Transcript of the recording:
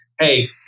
hey